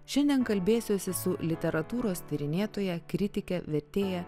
šiandien kalbėsiuosi su literatūros tyrinėtoja kritike vertėja